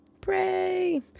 pray